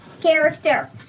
character